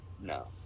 No